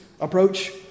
approach